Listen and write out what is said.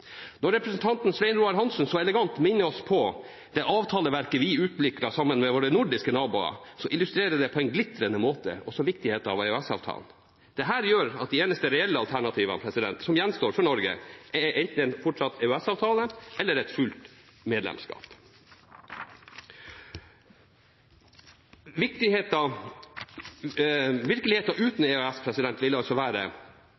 Når representanten Svein Roald Hansen så elegant minner oss på det avtaleverket vi utviklet sammen med våre nordiske naboer, illustrerer det på en glitrende måte viktigheten av EØS-avtalen. Dette gjør at de eneste reelle alternativene som gjenstår for Norge, er enten fortsatt å ha en EØS-avtale eller et fullt